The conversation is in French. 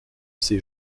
ces